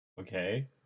okay